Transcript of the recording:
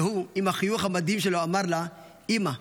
והוא, עם החיוך המדהים שלו, אמר לה: אימא,